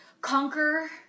conquer